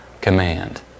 command